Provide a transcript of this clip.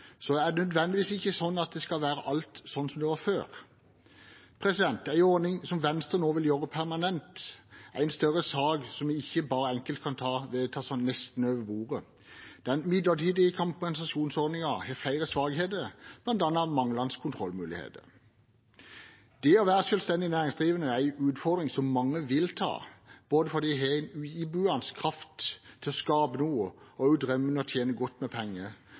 Så er det nødvendigvis ikke sånn at alt skal være sånn som det var før. En ordning som Venstre nå vil gjøre permanent, er en større sak som vi ikke bare enkelt kan ta nesten over bordet. Den midlertidige kompensasjonsordningen har flere svakheter, bl.a. manglende kontrollmuligheter. Det å være selvstendig næringsdrivende er en utfordring som mange vil ta, både fordi en har en iboende kraft til å skape noe – og også har drømmen om å tjene godt med penger,